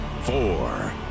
four